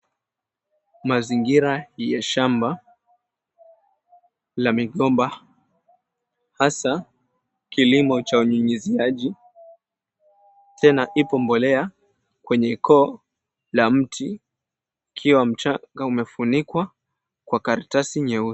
Mazingira ya shamba la migomba hasa kilimo cha unyunyuzia tena ipo mbolea kwenye koo la mti ikiwa mchanga umefunikwa kwa karatasi nyeusi.